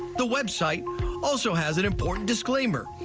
the website also has an important disclaimer.